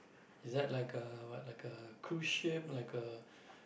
is that like a what like a cruise ship like a